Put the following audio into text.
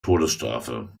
todesstrafe